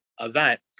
event